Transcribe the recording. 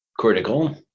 critical